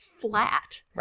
flat